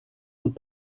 und